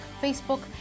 Facebook